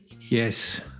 Yes